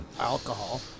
alcohol